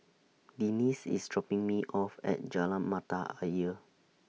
Denis IS dropping Me off At Jalan Mata Ayer